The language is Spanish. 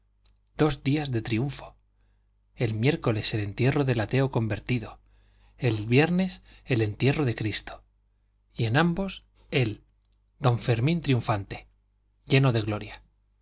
dos días de triunfo el miércoles el entierro del ateo convertido el viernes el entierro de cristo y en ambos él don fermín triunfante lleno de gloria